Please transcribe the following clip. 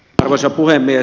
arvoisa puhemies